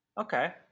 Okay